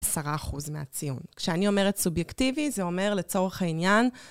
10% מהציון. כשאני אומרת סובייקטיבי, זה אומר לצורך העניין